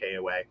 koa